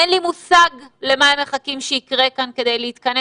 אין לי מושג מה הם מחכים שיקרה כאן כדי להתכנס